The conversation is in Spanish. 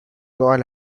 todas